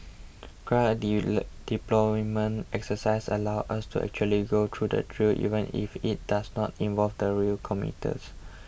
ground deployment exercises allow us to actually go through the drill even if it does not involve the rail commuters